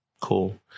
cool